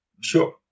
Sure